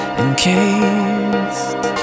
encased